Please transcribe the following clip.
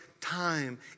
time